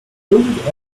bildet